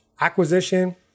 acquisition